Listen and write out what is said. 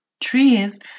trees